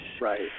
Right